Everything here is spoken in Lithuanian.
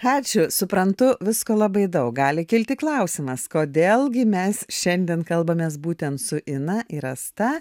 ačiū suprantu visko labai daug gali kilti klausimas kodėl gi mes šiandien kalbamės būtent su ina ir asta